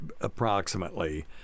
approximately